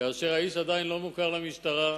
כשהאיש עדיין לא מוכר למשטרה,